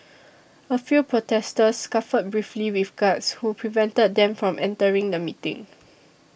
a few protesters scuffled briefly with guards who prevented them from entering the meeting